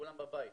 כולם בבית'.